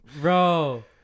Bro